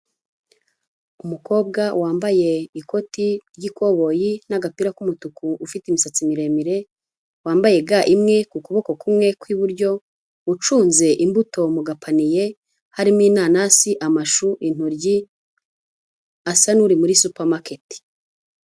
Umukobwa wambaye ikoti ry'ikoboyi n'agapira k'umutuku ufite imisatsi miremire, wambaye ga imwe ku kuboko kumwe kw'iburyo, ucunze imbuto mu gapaniye harimo inanasi, amashu, intoryi asa n'uri muri supamaketi.